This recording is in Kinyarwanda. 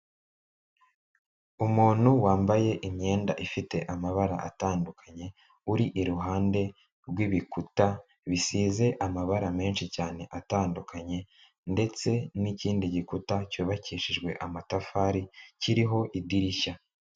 Umuntu wambaye imyenda ifite amabara atandukanye uri iruhande rw'ibikuta bisize amabara menshi cyane atandukanye ndetse n'ikindi gikuta cyubakishijwe amatafari kiriho idirishya.